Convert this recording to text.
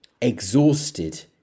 exhausted